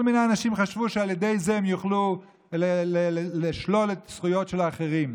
כל מיני אנשים חשבו שעל ידי זה הם יוכלו לשלול את הזכויות של האחרים.